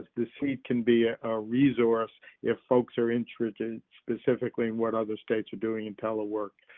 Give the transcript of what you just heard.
the seed can be a resource if folks are interested specifically in what other states are doing and telework,